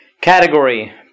category